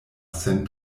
sen